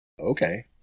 Okay